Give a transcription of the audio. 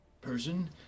person